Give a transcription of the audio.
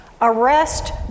arrest